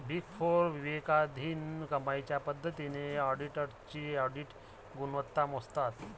big four विवेकाधीन कमाईच्या मदतीने ऑडिटर्सची ऑडिट गुणवत्ता मोजतात